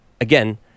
again